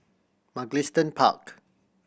Mugliston Park